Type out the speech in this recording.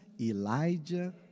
Elijah